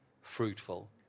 fruitful